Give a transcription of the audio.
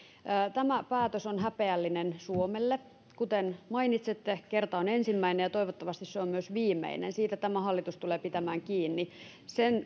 tämä päätös on häpeällinen suomelle kuten mainitsette kerta on ensimmäinen ja toivottavasti se on myös viimeinen siitä tämä hallitus tulee pitämään kiinni siinä